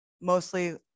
mostly